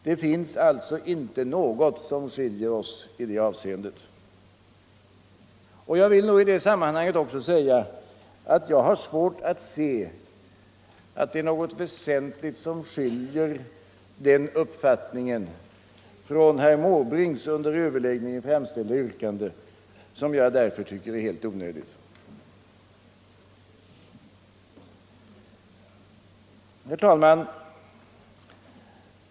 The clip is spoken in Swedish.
Det finns alltså inte något som skiljer oss i detta avseende. Jag vill samtidigt också framhålla att jag har svårt att se att något väsentligt skiljer den uppfattningen från herr Måbrinks under överläggningen framställda yrkande, som jag därför tycker är helt onödigt. Herr talman!